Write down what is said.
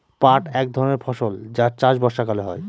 পাট এক ধরনের ফসল যার চাষ বর্ষাকালে হয়